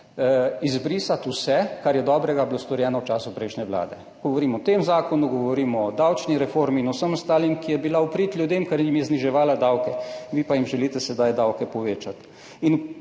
izbrisati vse, kar je bilo dobrega storjeno v času prejšnje vlade. Govorimo o tem zakonu, govorimo o davčni reformi, ki je bila v prid ljudem, ker jim je zniževala davke, vi pa jim želite sedaj davke povečati.